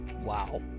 Wow